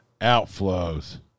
outflows